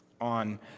on